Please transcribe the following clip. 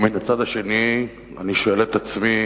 ומן הצד השני אני שואל את עצמי